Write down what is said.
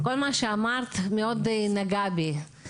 כל מה שאמרת מאוד נגע בי.